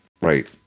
right